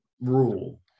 rule